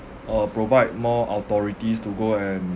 uh provide more authorities to go and